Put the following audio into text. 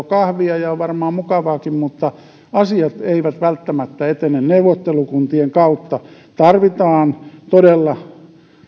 kahvia ja on varmaan mukavaakin mutta asiat eivät välttämättä etene neuvottelukuntien kautta tarvitaan todella